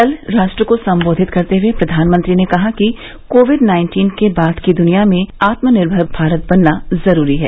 कल राष्ट्र को सम्बोधित करते हुए प्रधानमंत्री ने कहा कि कोविड नाइन्टीन के बाद की दुनिया में आत्मनिर्मर भारत बनना जरूरी है